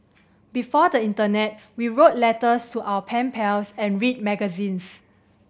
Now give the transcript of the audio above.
before the internet we wrote letters to our pen pals and read magazines